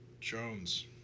Jones